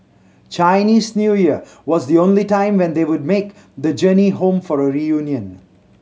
Chinese New Year was the only time when they would make the journey home for a reunion